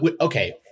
okay